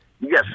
Yes